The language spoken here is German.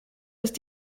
ist